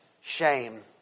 shame